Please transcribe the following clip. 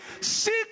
Seek